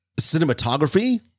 cinematography